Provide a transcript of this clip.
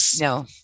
no